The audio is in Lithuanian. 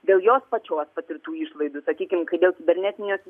dėl jos pačios patirtų išlaidų sakykim kai dėl kibernetinės